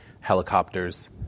helicopters